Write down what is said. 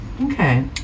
Okay